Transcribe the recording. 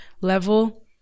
level